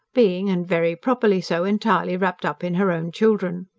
being, and very properly so, entirely wrapped up in her own children.